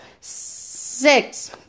Six